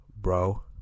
bro